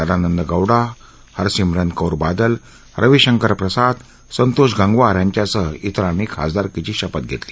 सदानंद गौडा हरसिम्रत कौर बादल रवी शंकर प्रसाद संतोष गंगवार यांच्यासह इतरांनी खासदरपदाची शपथ घेतली